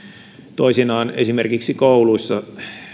toisinaan esimerkiksi kouluissa